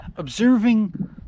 Observing